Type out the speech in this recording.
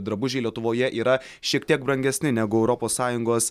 drabužiai lietuvoje yra šiek tiek brangesni negu europos sąjungos